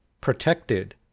protected